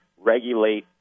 regulate